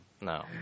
No